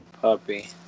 puppy